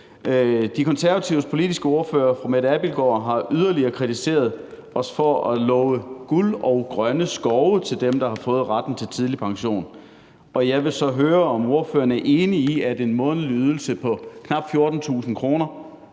De Konservatives politiske ordfører, fru Mette Abildgaard, har yderligere kritiseret os for at love guld og grønne skove til dem, der har fået retten til tidlig pension. Jeg vil så høre, om ordføreren er enig i, at en månedlig ydelse på knap 14.000 kr.